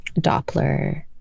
Doppler